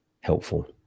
helpful